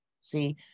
See